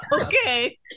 Okay